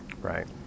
Right